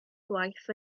gwaith